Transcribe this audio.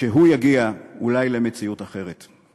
יגיע אולי למציאות אחרת.